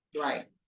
Right